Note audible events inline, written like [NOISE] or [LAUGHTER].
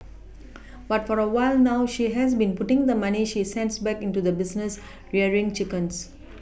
[NOISE] [NOISE] but for a while now she has been putting the money she sends back into the business rearing chickens [NOISE]